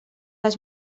les